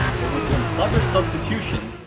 but with some clever substitutions,